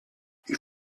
you